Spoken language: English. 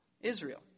Israel